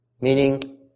Meaning